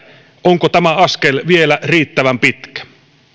onko tämä askel vielä riittävän pitkä